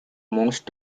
most